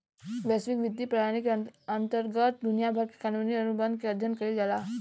बैसविक बित्तीय प्रनाली के अंतरगत दुनिया भर के कानूनी अनुबंध के अध्ययन कईल जाला